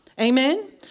Amen